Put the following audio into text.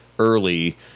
early